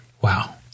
wow